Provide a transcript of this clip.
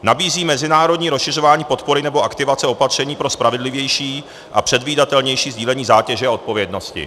Nabízí mezinárodní rozšiřování podpory nebo aktivace opatření pro spravedlivější a předvídatelnější sdílení zátěže a odpovědnosti.